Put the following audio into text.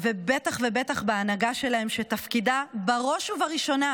ובטח ובטח בהנהגה שלהם, שתפקידה בראש ובראשונה